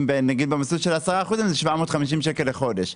אם זה במסלול של ה-10%, אז זה 750 ₪ לחודש.